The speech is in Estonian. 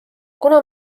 kuna